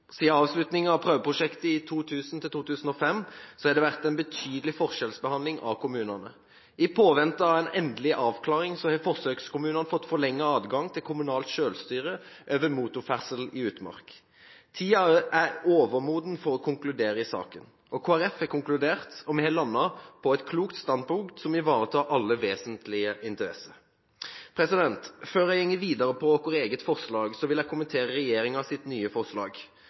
av prøveprosjektet i 2000–2005 har det vært en betydelig forskjellsbehandling av kommunene. I påvente av en endelig avklaring har forsøkskommunene fått forlenget adgang til kommunalt selvstyre over motorferdsel i utmark. Tiden er overmoden for å konkludere i saken. Kristelig Folkeparti har konkludert, og vi har landet på et klokt standpunkt som ivaretar alle vesentlige interesser. Før jeg går videre på vårt eget forslag, vil jeg kommentere regjeringens nye forslag.